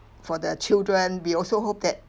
for the children we also hope that